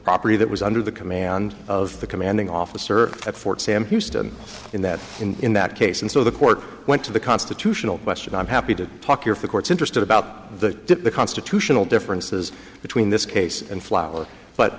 property that was under the command of the commanding officer at fort sam houston in that in that case and so the court went to the constitutional question i'm happy to talk here for the court's interested about the constitutional differences between this case and flower but